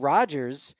Rogers